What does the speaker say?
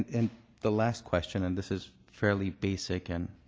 and the last question and this is fairly basic and